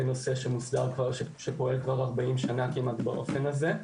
נושא שמוסדר כבר ופועל כבר 40 שנה כמעט באופן הזה.